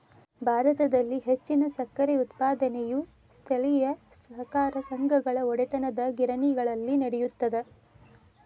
ಭಾರತದಲ್ಲಿ ಹೆಚ್ಚಿನ ಸಕ್ಕರೆ ಉತ್ಪಾದನೆಯು ಸ್ಥಳೇಯ ಸಹಕಾರ ಸಂಘಗಳ ಒಡೆತನದಗಿರಣಿಗಳಲ್ಲಿ ನಡೆಯುತ್ತದೆ